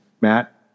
Matt